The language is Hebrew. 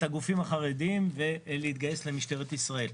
הגופים החרדים ולהתגייס למשטרת ישראל.